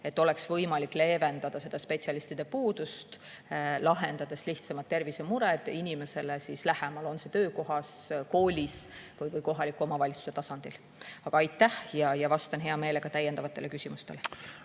et oleks võimalik leevendada spetsialistide puudust, lahendades lihtsamad tervisemured inimesele lähemal, olgu töökohas, koolis või kohaliku omavalitsuse tasandil. Aitäh! Vastan hea meelega täiendavatele küsimustele.